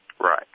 Right